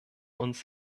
uns